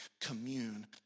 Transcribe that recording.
commune